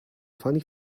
funny